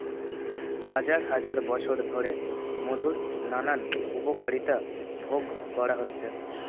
হাজার হাজার বছর ধরে মধুর নানান উপকারিতা ভোগ করা হচ্ছে